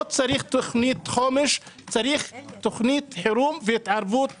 לא תוכנית חומש אלא תוכנית חירום והתערבות מיידית.